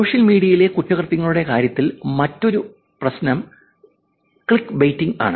social മീഡിയയിലെ കുറ്റകൃത്യങ്ങളുടെ കാര്യത്തിൽ മറ്റൊരു പ്രശ്നം ക്ലിക്ക്ബൈറ്റിംഗ് ആണ്